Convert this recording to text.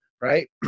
right